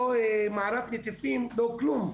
לא מערת נטיפים ולא כלום,